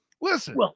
Listen